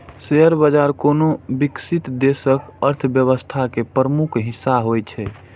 share बाजार कोनो विकसित देशक अर्थव्यवस्था के प्रमुख हिस्सा होइ छै